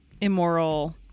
immoral